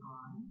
on